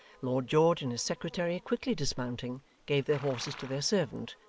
lord george and his secretary quickly dismounting, gave their horses to their servant,